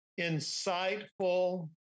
insightful